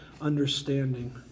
understanding